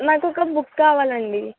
నాకొక బుక్ కావాలండి